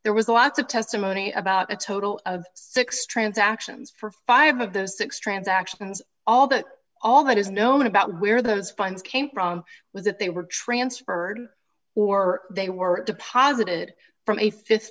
there was lots of testimony about a total of six transactions for five of those six transactions all that all that is known about where those funds came from was that they were transferred or they were deposited from